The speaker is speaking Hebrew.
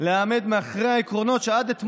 או עד יום פקיעתו של חוק סמכויות מיוחדות